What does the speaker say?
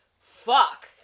fuck